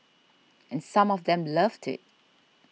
and some of them loved it